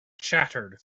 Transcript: chattered